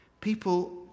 people